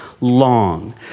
long